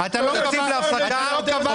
12:15.